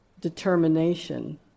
determination